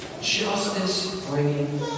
justice-bringing